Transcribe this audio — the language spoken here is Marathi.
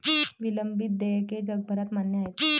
विलंबित देयके जगभरात मान्य आहेत